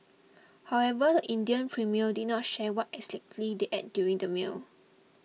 however the Indian Premier did not share what exactly they ate during their meal